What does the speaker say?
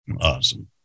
Awesome